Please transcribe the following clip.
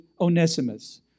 Onesimus